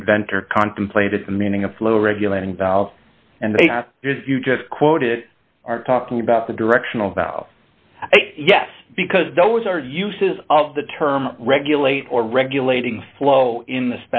end ventre contemplated the meaning of flow regulating valves and they just quoted are talking about the directional valves yes because those are uses of the term regulate or regulating flow in the